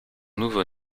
nouveau